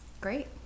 great